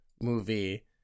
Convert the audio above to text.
movie